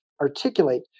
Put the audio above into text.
articulate